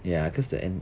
ya cause the en~